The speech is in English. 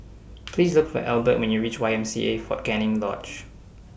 Please Look For Elbert when YOU REACH Y M C A Fort Canning Lodge